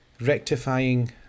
rectifying